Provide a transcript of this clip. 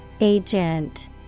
agent